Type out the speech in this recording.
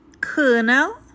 kernel